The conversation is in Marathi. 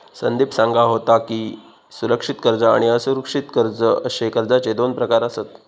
संदीप सांगा होतो की, सुरक्षित कर्ज आणि असुरक्षित कर्ज अशे कर्जाचे दोन प्रकार आसत